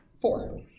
Four